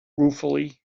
ruefully